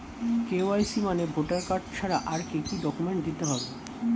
KYC মানে voter card ছাড়া আর কি কি ডকুমেন্ট দিতে হবে?